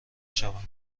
شوم